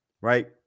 right